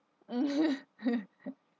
mm